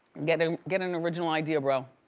get an get an original idea bro.